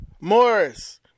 Morris